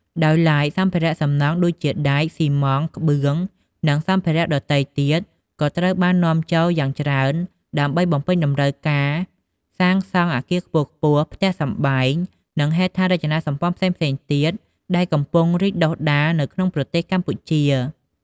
ដោយឡែក សម្ភារៈសំណង់ ដូចជា ដែក ស៊ីម៉ងត៍ ក្បឿង និងសម្ភារៈដទៃទៀតក៏ត្រូវបាននាំចូលយ៉ាងច្រើនដើម្បីបំពេញតម្រូវការសាងសង់អគារខ្ពស់ៗ ផ្ទះសម្បែង និងហេដ្ឋារចនាសម្ព័ន្ធផ្សេងៗទៀត ដែលកំពុងរីកដុះដាលនៅក្នុងប្រទេសកម្ពុជា។